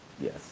Yes